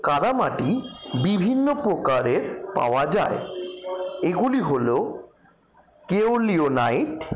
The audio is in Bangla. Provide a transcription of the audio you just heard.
কাদা মাটি বিভিন্ন প্রকারের পাওয়া যায় এগুলি হল কেওলিনাইট